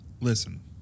listen